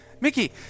Mickey